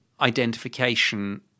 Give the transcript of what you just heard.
identification